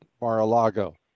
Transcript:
Mar-a-Lago